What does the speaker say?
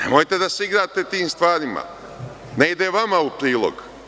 Nemojte da se igrate tim stvarima, ne ide vama u prilog.